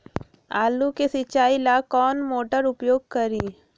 आलू के सिंचाई ला कौन मोटर उपयोग करी?